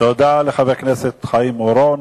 תודה לחבר הכנסת חיים אורון.